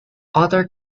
otter